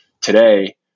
today